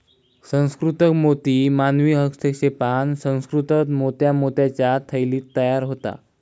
सुसंस्कृत मोती मानवी हस्तक्षेपान सुसंकृत मोत्या मोत्याच्या थैलीत तयार होता